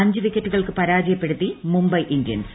അഞ്ച് വിക്കറ്റുകൾക്ക് പരാജയപ്പെടുത്തി മുംബൈ ഇന്ത്യൻസ്